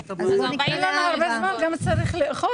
הם יצטרכו להסביר למה הם לא תיקנו x,